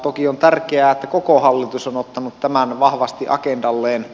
toki on tärkeää että koko hallitus on ottanut tämän vahvasti agendalleen